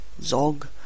zog